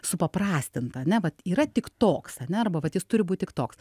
supaprastinta ane vat yra tik toks ane arba vat jis turi būt tik toks